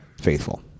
faithful